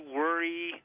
worry